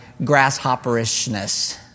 grasshopperishness